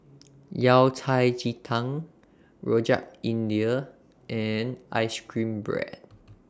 Yao Cai Ji Tang Rojak India and Ice Cream Bread